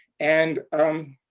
and, um,